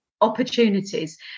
opportunities